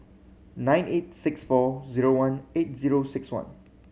nine eight six four zero one eight zero six one